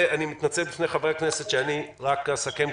אני מתנצל בפני חברי הכנסת שאני רק אסכם,